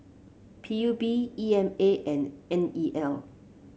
P U B E M A and N E L